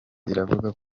iravuga